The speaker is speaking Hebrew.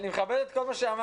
אני מכבד את כל מה שאמרת,